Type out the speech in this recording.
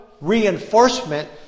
reinforcement